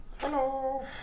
Hello